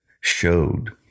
showed